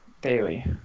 daily